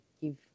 give